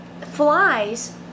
Flies